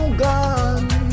gone